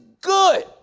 good